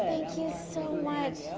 thank you so much.